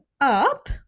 up